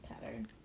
pattern